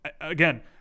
again